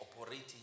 operating